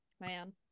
Man